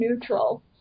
neutral